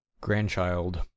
Grandchild